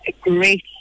great